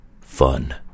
fun